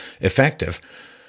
effective